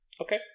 Okay